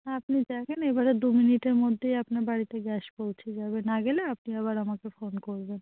আপনি দেখুন এবারে দু মিনিটের মধ্যেই আপনার বাড়িতে গ্যাস পৌঁছে যাবে না গেলে আপনি আবার আমাকে ফোন করবেন